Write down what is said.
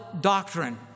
doctrine